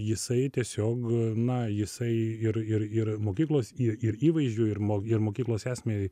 jisai tiesiog na jisai ir ir ir mokyklos ir įvaizdžiui ir ir mokyklos esmei